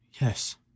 Yes